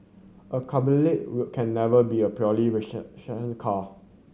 a cabriolet will can never be a purely rational car